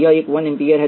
यह 1 एम्पीयर है